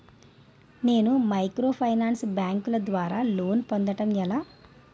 నేను మైక్రోఫైనాన్స్ బ్యాంకుల ద్వారా లోన్ పొందడం ఎలా?